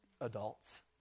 adults